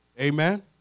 Amen